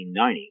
1990